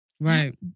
Right